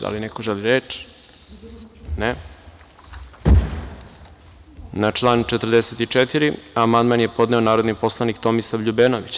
Da li neko želi reč? (Ne) Na član 44. amandman je podneo narodni poslanik Tomislav Ljubenović.